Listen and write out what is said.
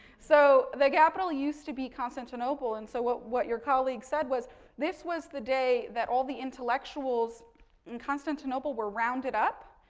so, the capital used to be constantinople. and so, what what your colleague said was this was the day that all the intellectuals in constantinople were rounded up,